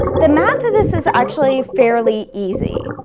the math of this is actually fairly easy,